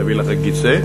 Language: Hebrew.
להביא לך כיסא?